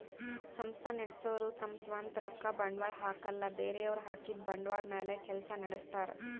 ಸಂಸ್ಥಾ ನಡಸೋರು ತಮ್ ಸ್ವಂತ್ ರೊಕ್ಕ ಬಂಡ್ವಾಳ್ ಹಾಕಲ್ಲ ಬೇರೆಯವ್ರ್ ಹಾಕಿದ್ದ ಬಂಡ್ವಾಳ್ ಮ್ಯಾಲ್ ಕೆಲ್ಸ ನಡಸ್ತಾರ್